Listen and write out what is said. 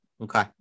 Okay